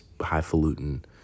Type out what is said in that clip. highfalutin